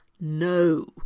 no